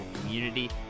community